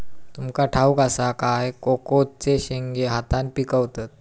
तुमका ठाउक असा काय कोकोचे शेंगे हातान पिकवतत